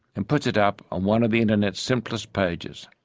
and puts it up on one of the internet's simplest pages.